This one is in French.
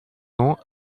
nom